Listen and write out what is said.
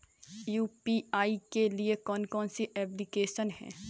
UPI के लिए कौन कौन सी एप्लिकेशन हैं?